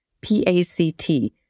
P-A-C-T